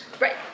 Right